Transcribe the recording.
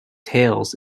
tales